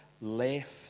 left